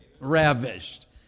Ravished